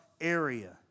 area